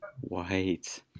white